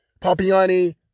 Papiani